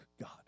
God